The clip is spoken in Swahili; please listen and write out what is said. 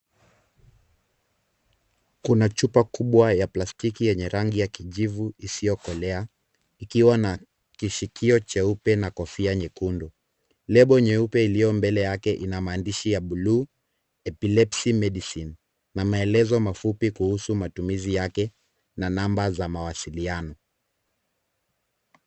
Kuna chupa kubwa ya plastiki yenye rangi ya kijivu isiyokolea, ikiwa na kishikio cheupe na kofia nyekundu. Lebo nyeupe iliyo mbele yake ina maandishi ya bluu Epilepsy medicine na maelezo mafupi kuhusu matumizi yake na namba za mawasiliano.